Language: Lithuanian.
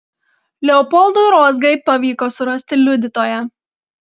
leopoldui rozgai pavyko surasti liudytoją